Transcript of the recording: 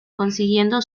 consiguiendo